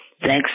Thanks